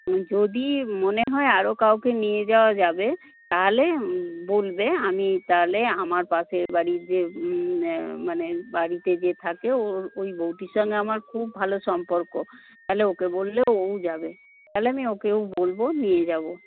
যদি মনে হয় আরও কাউকে নিয়ে যাওয়া যাবে তাহলে বলবে আমি তাহলে আমার পাশের বাড়ির যে মানে বাড়িতে যে থাকে ওর ওই বউটির সঙ্গে আমার খুব ভালো সম্পর্ক তাহলে ওকে বললে ওও যাবে তাহলে আমি ওকেও বলব নিয়ে যাব